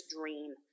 dream